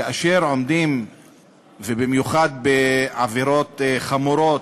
כי במיוחד בעבירות חמורות,